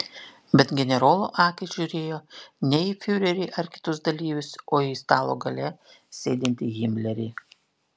bet generolų akys žiūrėjo ne į fiurerį ar kitus dalyvius o į stalo gale sėdintį himlerį